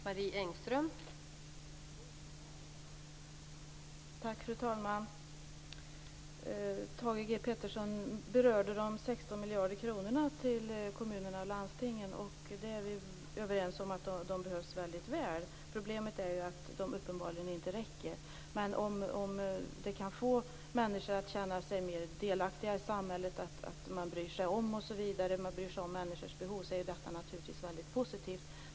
Fru talman! Thage G Peterson berörde de 16 miljarder kronorna till kommunerna och landstingen. Vi är överens om att dessa behövs väldigt väl. Problemet är att de uppenbarligen inte räcker. Men om de kan få människor att känna sig mer delaktiga i samhället och känna att man bryr sig om deras behov är detta naturligtvis väldigt positivt.